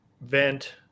vent